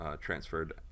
transferred